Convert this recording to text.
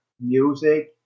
music